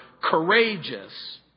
courageous